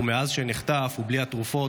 ומאז שנחטף הוא בלי התרופות,